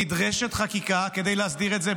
נדרשת חקיקה כדי להסדיר את זה,